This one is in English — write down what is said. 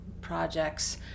projects